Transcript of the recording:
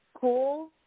Cool